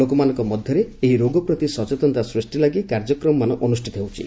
ଲୋକମାନଙ୍କ ମଧ୍ଧରେ ଏହି ରୋଗ ପ୍ରତି ସଚେତନତା ସୃଷି ଲାଗି କାର୍ଯ୍ୟକ୍ରମମାନ ଅନୁଷ୍ଠିତ ହେଉଛି